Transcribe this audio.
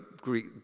Greek